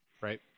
right